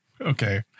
Okay